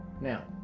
now